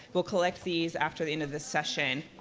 we'll collect these after the end of this session,